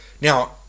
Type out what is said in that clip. Now